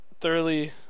thoroughly